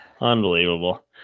unbelievable